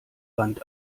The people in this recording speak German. wand